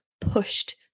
pushed